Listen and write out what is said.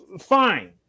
fine